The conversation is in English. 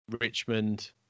Richmond